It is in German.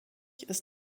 ist